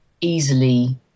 easily